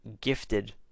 gifted